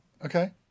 Okay